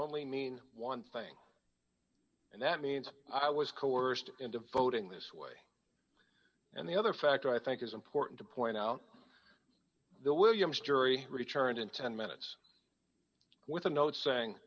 only mean one thing and that means i was coerced into voting this way and the other factor i think is important to point out the williams jury returned in ten minutes with a note saying